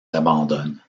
abandonne